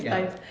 yup